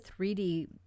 3D